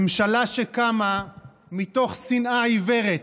ממשלה שקמה מתוך שנאה עיוורת,